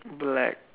black